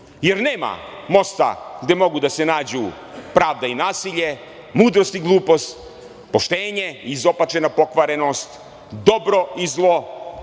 jer nema mosta gde mogu da se nađu pravda i nasilje, mudrost i glupost, poštenje, izopačena pokvarenost, dobro i zlo,